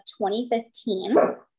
2015